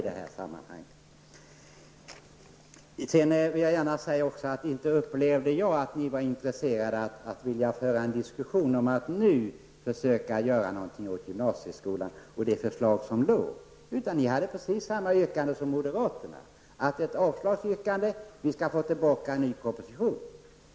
Låt mig också säga att jag inte har upplevt att ni var intresserade av att föra en diskussion om att nu försöka göra något åt förslaget till ny gymnasieskola. Ni förde fram precis samma yrkanden som moderaterna, dvs. avslag på propositionen och en begäran om en ny proposition.